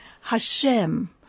Hashem